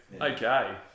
Okay